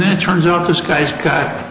then it turns out this guy's got